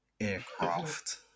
aircraft